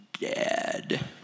dead